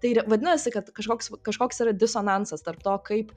tai vadinasi kad kažkoks kažkoks yra disonansas tarp to kaip